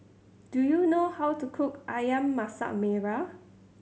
do you know how to cook Ayam Masak Merah